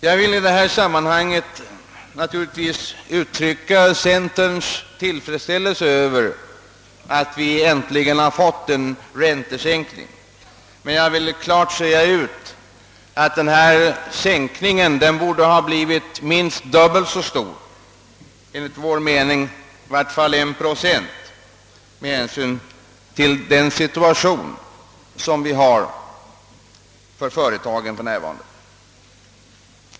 Jag vill i detta sammanhang naturligtvis uttrycka centerns tillfredsställelse över att vi äntligen fått en räntesänkning men vill klargöra att denna sänkning enligt vår mening borde varit minst dubbelt så stor, d. v. s. i vart fall en procent, med hänsyn till den situation företagen för närvarande befinner sig i.